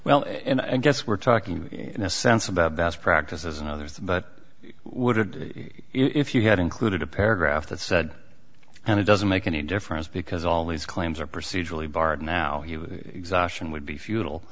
well and i guess we're talking in a sense about best practices and others but would you if you had included a paragraph that said and it doesn't make any difference because all these claims are procedurally barred now exhaustion would be futile